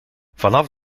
vanaf